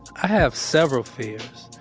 i have several fears,